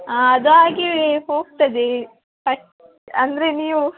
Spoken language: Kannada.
ಹಾಂ ಅದಾಗಿ ಹೋಗ್ತದೆ ಕಟ್ಟು ಅಂದರೆ ನೀವು